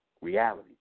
Reality